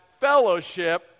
fellowship